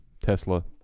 Tesla